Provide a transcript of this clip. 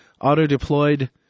auto-deployed